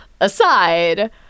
aside